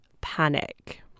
panic